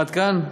עד כאן?